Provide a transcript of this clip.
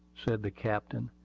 said the captain,